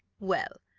well,